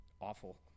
awful